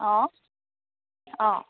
অঁ অঁ